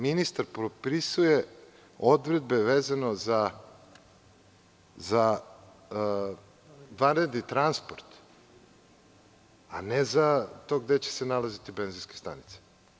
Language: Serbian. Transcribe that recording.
Ministar propisuje odredbe vezane za vanredni transport, a ne za to gde će se nalaziti benzinske stanice.